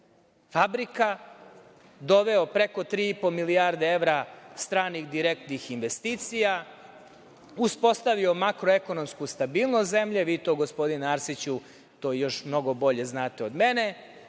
fabrika, doveo preko 3,5 milijarde evra stranih direktnih investicija, uspostavio makroekonomsku stabilnost zemlje, vi to gospodine Arsiću mnogo bolje znate od mene,